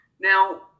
Now